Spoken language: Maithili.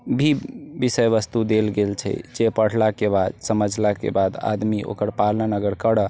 भी विषय वस्तु देल गेल छै जे पढ़लाके बाद समझलाके बाद आदमी ओकर पालन अगर करै